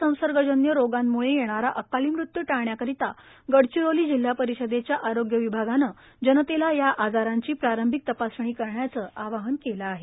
असंसर्गजन्य रोगांमुळे येणारा अकाली मृत्यू टाळण्याकरीता गडचिरोली जिल्हा परिषदेच्या आरोग्य विभागाने जनतेला या आजारांची प्रारंभिक तपासणी करण्याचे आवाहन केले आहे